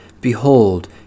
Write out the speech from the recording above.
Behold